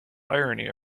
irony